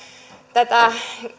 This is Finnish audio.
tätä